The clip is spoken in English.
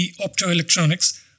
Optoelectronics